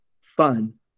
fun